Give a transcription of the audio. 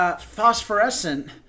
Phosphorescent